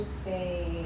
stay